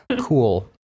Cool